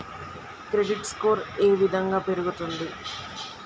Credit score ఏ విధంగా పెరుగుతుంది?